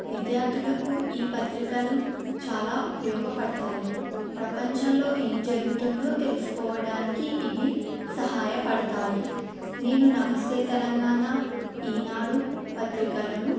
విద్యార్థులకు ఈ పత్రికలు చాలా ఉపయోగపడతాయి ప్రపంచంలో ఏం జరుగుతుందో తెలుసుకోవడానికి ఇవి సహాయపడతాయి నేను నమస్తే తెలంగాణ ఈనాడు పత్రికలను